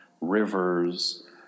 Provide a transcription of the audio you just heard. rivers